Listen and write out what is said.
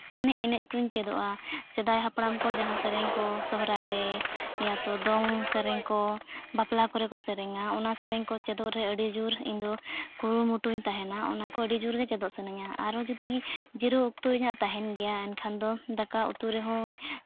ᱢᱟᱱᱮ ᱮᱱᱮᱡ ᱠᱚᱧ ᱪᱮᱫᱚᱜᱼᱟ ᱥᱮᱫᱟᱭ ᱦᱟᱯᱲᱟᱢ ᱠᱚ ᱡᱟᱦᱟᱸ ᱥᱮᱨᱮᱧ ᱠᱚ ᱥᱚᱦᱚᱨᱟᱭ ᱨᱮ ᱭᱟᱛᱚ ᱫᱚᱝ ᱥᱮᱨᱮᱧ ᱠᱚ ᱵᱟᱯᱞᱟ ᱠᱚᱨᱮ ᱠᱚ ᱥᱮᱨᱮᱧ ᱚᱱᱟ ᱥᱮᱨᱮᱧ ᱠᱚ ᱪᱮᱫᱚᱜ ᱨᱮ ᱟᱹᱰᱤ ᱡᱳᱨ ᱤᱧᱫᱚ ᱠᱩᱨᱩ ᱢᱩᱴᱩᱧ ᱛᱟᱦᱮᱱᱟ ᱚᱱᱟ ᱠᱚ ᱟᱹᱰᱤ ᱡᱳᱨ ᱜᱮ ᱪᱮᱫᱚᱜ ᱥᱟᱱᱟᱧᱟ ᱟᱨᱚ ᱡᱩᱫᱤ ᱡᱤᱨᱟᱹᱣ ᱚᱠᱛᱚ ᱤᱧᱟᱹᱜ ᱛᱟᱦᱮᱱ ᱜᱮᱭᱟ ᱮᱱᱠᱷᱟᱱ ᱫᱚ ᱫᱟᱠᱟ ᱩᱛᱩ ᱨᱮᱦᱚᱸᱧ